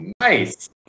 Nice